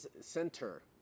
center